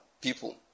people